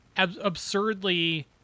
absurdly